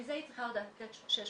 מזה היא צריכה עוד לתת 600 שקלים,